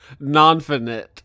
Nonfinite